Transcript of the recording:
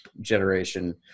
generation